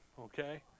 okay